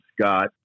Scott